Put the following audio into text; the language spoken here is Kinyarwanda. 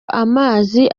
amazi